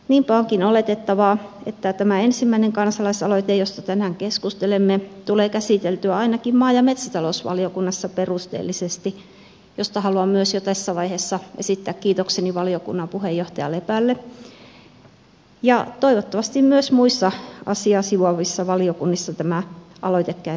niinpä onkin oletettavaa että tämä ensimmäinen kansalaisaloite josta tänään keskustelemme tulee käsiteltyä ainakin maa ja metsätalousvaliokunnassa perusteellisesti mistä haluan myös jo tässä vaiheessa esittää kiitokseni valiokunnan puheenjohtaja lepälle ja toivottavasti myös muissa asiaa sivuavissa valiokunnissa tämä aloite käy käsittelyssä